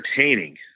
entertaining